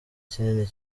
kinini